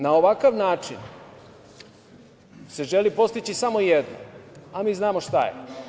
Na ovakav način se želi postići samo jedno, a mi znamo šta je.